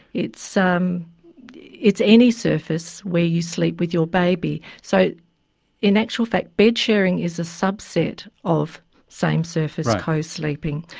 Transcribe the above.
it's um it's any surface where you sleep with your baby. so in actual fact bedsharing is a subset of same surface co-sleeping.